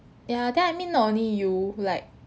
ya then I mean not only you like